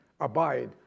abide